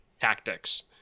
tactics